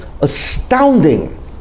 astounding